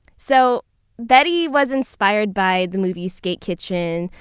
so betty was inspired by the movie skate kitchen,